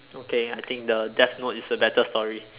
okay I think the death note is a better story